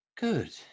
Good